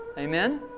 Amen